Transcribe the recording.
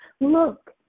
look